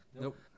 Nope